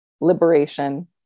liberation